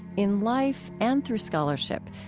in life and through scholarship,